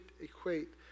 equate